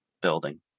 building